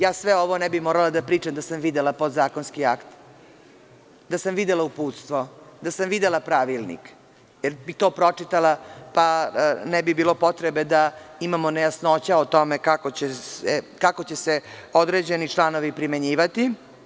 Ja sve ovo ne bi morala da pričam da sam videla podzakonski akt, da sam videla uputstvo, da sam videla pravilnik, jer bi to pročitala pa ne bi bilo potrebe da imamo nejasnoća o tome kako će se određeni članovi primenjivati.